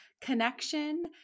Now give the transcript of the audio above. connection